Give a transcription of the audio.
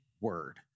word